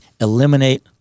eliminate